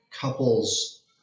couples